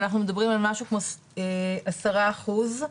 אנחנו מדברים על משהו כמו עשרה אחוז,